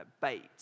bait